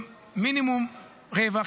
שהם מקסימום רווח,